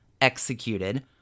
executed